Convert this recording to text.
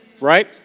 Right